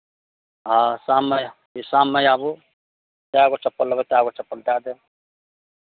हँ शाममे आ शाममे आबू जए गो चप्पल लेबै तए गो चप्पल दए देब